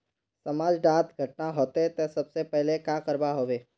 समाज डात घटना होते ते सबसे पहले का करवा होबे?